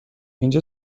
اینجا